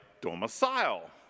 domicile